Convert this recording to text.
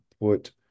put